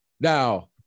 Now